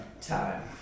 time